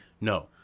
No